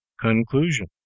Conclusion